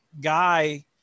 guy